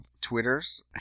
Twitters